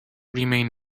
remain